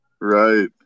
Right